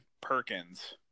Perkins